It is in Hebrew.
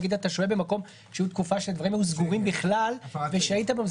נגיד אתה שוהה במקום שהייתה תקופה שדברים היו סגורים בכלל ושהית בהם,